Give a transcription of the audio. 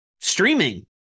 streaming